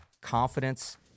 Confidence